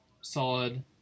solid